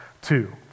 two